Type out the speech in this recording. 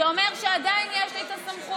זה אומר שעדיין יש לי סמכות.